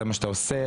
זה מה שאתה עושה,